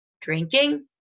drinking